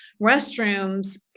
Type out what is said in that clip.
restrooms